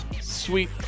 sweet